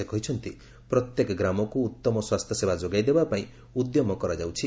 ସେ କହିଛନ୍ତି ପ୍ରତ୍ୟେକ ଗ୍ରାମକୁ ଉତ୍ତମ ସ୍ୱାସ୍ଥ୍ୟସେବା ଯୋଗାଇଦେବା ପାଇଁ ଉଦ୍ୟମ କରାଯାଉଛି